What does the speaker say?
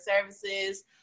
services